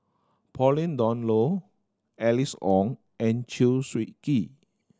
Pauline Dawn Loh Alice Ong and Chew Swee Kee